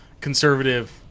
conservative